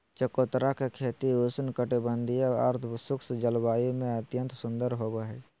चकोतरा के खेती उपोष्ण कटिबंधीय, अर्धशुष्क जलवायु में अत्यंत सुंदर होवई हई